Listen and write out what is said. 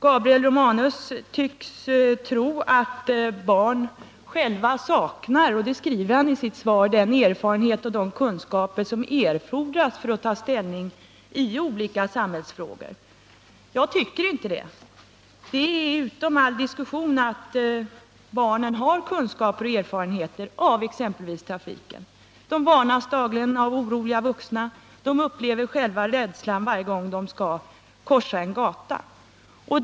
Gabriel Romanus tycks tro att barn själva saknar — och det säger han i sitt svar — ”den erfarenhet och de kunskaper som erfordras för att ta ställning i olika samhällsfrågor”. Jag tycker inte det. Det är utom all diskussion att barnen har kunskaper och erfarenheter exempelvis i fråga om trafiken. De varnas dagligen av oroliga vuxna, de upplever för egen del rädslan varje gång de skall korsa en gata.